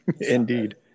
Indeed